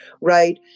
right